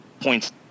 points